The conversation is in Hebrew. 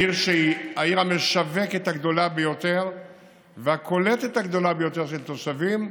עיר שהיא העיר המשווקת הגדולה ביותר והקולטת הגדולה ביותר של תושבים,